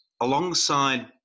alongside